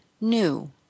new